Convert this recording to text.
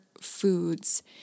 foods